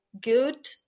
good